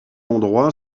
endroit